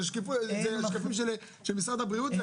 אלו שקפים של משרד הבריאות.